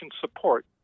support